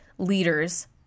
leaders